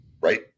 right